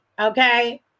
okay